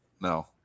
No